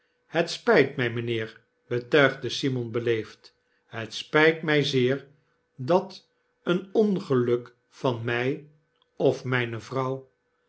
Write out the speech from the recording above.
het spjjt mij mijnheer betuigde simon beleefd het spyt my zeer dat een ongeluk van my of myne vrouw